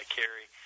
carry